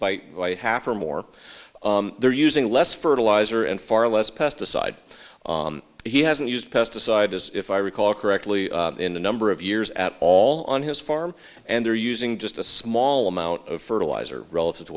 by half or more they're using less fertilizer and far less pesticide he hasn't used pesticide as if i recall correctly in a number of years at all on his farm and they're using just a small amount of fertilizer relative to